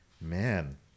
Man